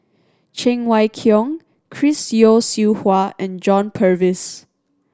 Cheng Wai Keung Chris Yeo Siew Hua and John Purvis